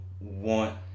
want